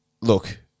Look